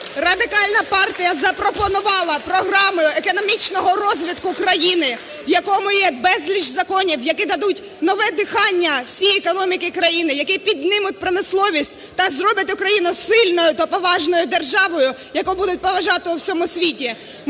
Радикальна партія запропонувала програму економічного розвитку країни, в якій є безліч законів, які дадуть нове дихання всій економіці країни, які піднімуть промисловість та зроблять Україну сильною та поважною державою, яку будуть поважати у всьому світі.